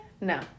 No